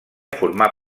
formà